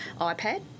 iPad